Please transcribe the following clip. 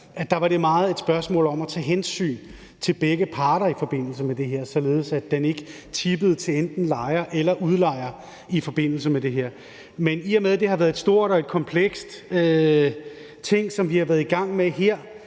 at det var meget et spørgsmål om at tage hensyn til begge parter i forbindelse med det her, således at det ikke tippede til fordel for enten lejer eller udlejer i forbindelse med det her. Men i og med at det har været en stor og kompleks ting, som vi har været i gang med her,